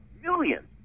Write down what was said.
millions